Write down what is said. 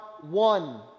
one